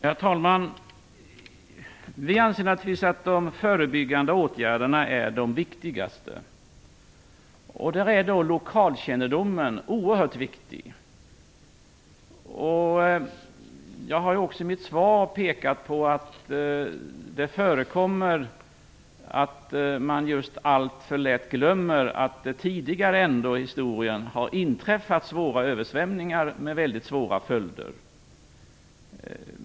Herr talman! Vi anser naturligtvis att de förebyggande åtgärderna är de viktigaste. Då är lokalkännedom oerhört viktig. Jag har också pekat på att det förekommer just att man alltför lätt glömmer att det tidigare i historien har inträffat svåra översvämningar med allvarliga följder.